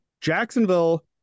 Jacksonville